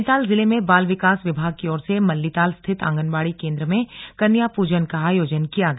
नैनीताल जिले में बाल विकास विभाग की ओर से मल्लीताल स्थित आंगनबाड़ी केन्द्र में कन्या पूजन का आयोजन किया गया